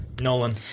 Nolan